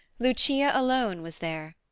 lucia alone was there.